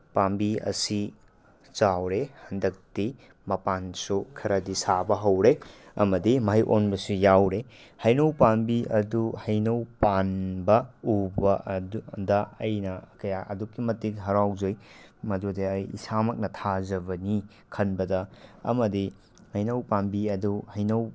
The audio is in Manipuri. ꯄꯥꯟꯕꯤ ꯑꯁꯤ ꯆꯥꯎꯔꯦ ꯍꯟꯗꯛꯇꯤ ꯃꯄꯥꯟꯁꯨ ꯈꯔꯗꯤ ꯁꯥꯕ ꯍꯧꯔꯦ ꯑꯃꯗꯤ ꯃꯍꯩ ꯑꯣꯟꯕꯁꯨ ꯌꯥꯎꯔꯦ ꯍꯩꯅꯧ ꯄꯥꯝꯕꯤ ꯑꯗꯨ ꯍꯩꯅꯧ ꯄꯥꯟꯕ ꯎꯕ ꯑꯗꯨꯗ ꯑꯩꯅ ꯀꯌꯥ ꯑꯗꯨꯛꯀꯤ ꯃꯇꯤꯛ ꯍꯔꯥꯎꯖꯩ ꯃꯗꯨꯗꯤ ꯑꯩ ꯏꯁꯥꯃꯛꯅ ꯊꯥꯖꯕꯅꯤ ꯈꯟꯕꯗ ꯑꯃꯗꯤ ꯍꯩꯅꯧ ꯄꯥꯝꯕꯤ ꯑꯗꯨ ꯍꯩꯅꯧ